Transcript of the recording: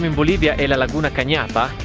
i mean bolivia is laguna canapa,